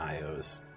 IO's